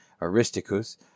Aristicus